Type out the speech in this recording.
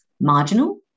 marginal